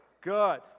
Good